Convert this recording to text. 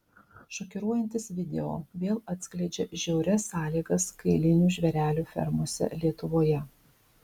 šokiruojantis video vėl atskleidžia žiaurias sąlygas kailinių žvėrelių fermose lietuvoje